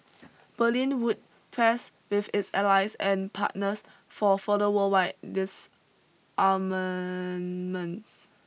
Berlin would press with its allies and partners for further worldwide disarmament